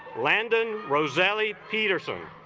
landon rosalie peterson